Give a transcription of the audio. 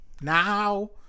Now